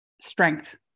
strength